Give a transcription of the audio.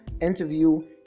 interview